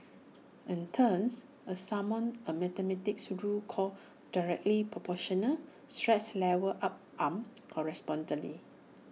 and thus A summon A mathematics rule called directly Proportional stress levels up on correspondingly